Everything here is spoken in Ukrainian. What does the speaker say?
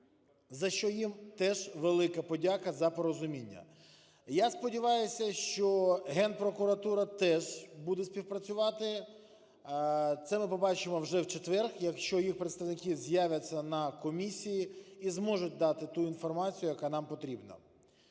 за що їм теж велика подяка за порозуміння. Я сподіваюся, що Генпрокуратура теж буде співпрацювати. Це ми побачимо вже в четвер, якщо їх представники з'являться на комісії і зможуть дати ту інформацію, яка нам потрібна.